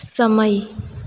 સમય